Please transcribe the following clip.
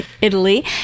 italy